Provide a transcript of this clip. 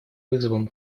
вызовом